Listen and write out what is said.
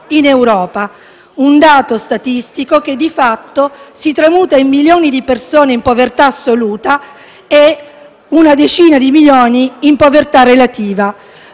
un dato statistico che, di fatto, si tramuta in milioni di persone in povertà assoluta e una decina di milioni in povertà relativa.